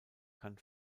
kann